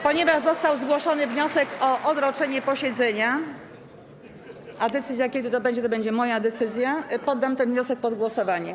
Ponieważ został zgłoszony wniosek o odroczenie posiedzenia, a decyzja, kiedy to będzie, to będzie moja decyzja, poddam ten wniosek pod głosowanie.